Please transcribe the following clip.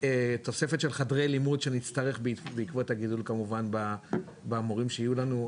תוספת של חדרי לימוד שנצטרך כמובן בעקבות הגידול במורים שיהיה לנו.